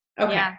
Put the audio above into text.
Okay